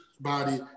body